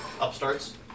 upstarts